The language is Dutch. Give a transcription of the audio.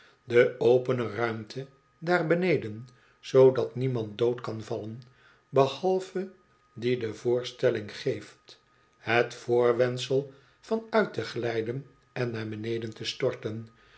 de opene ruimte daar beneden zoodat niemand dood kan vallen behalve die de voorstelling geeft het voorwendsel van uit te glijden en naar beneden te storten